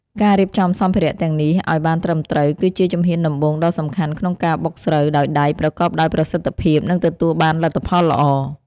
ការរៀបចំសម្ភារៈទាំងនេះឱ្យបានត្រឹមត្រូវ គឺជាជំហានដំបូងដ៏សំខាន់ក្នុងការបុកស្រូវដោយដៃប្រកបដោយប្រសិទ្ធភាព និងទទួលបានលទ្ធផលល្អ។